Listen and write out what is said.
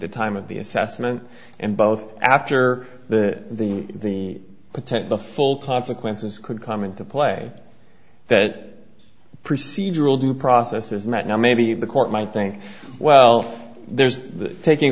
the time of the assessment and both after the the protect the full consequences could come into play that procedural due process is met now maybe the court might think well there's the taking